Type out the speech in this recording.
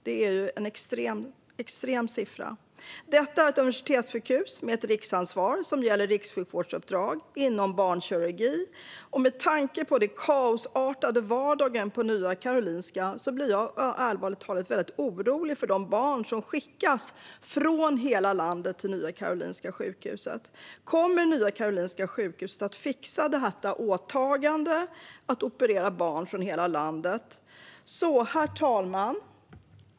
Det är en extrem siffra. Detta är ett universitetssjukhus med ett riksansvar för rikssjukvårdsuppdrag inom barnkirurgi. Med tanke på den kaosartade vardagen på Nya Karolinska blir jag allvarligt talat orolig för de barn som skickas från hela landet till Nya Karolinska sjukhuset. Kommer Nya Karolinska sjukhuset att fixa sitt åtagande att operera barn från hela landet? Herr talman!